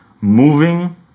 moving